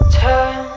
turn